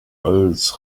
als